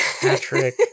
patrick